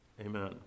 amen